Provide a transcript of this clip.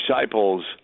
disciples